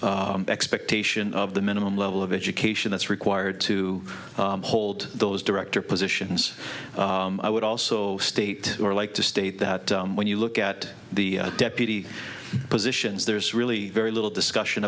expectation of the minimum level of education that's required to hold those director positions i would also state or like to state that when you look at the deputy positions there's really very little discussion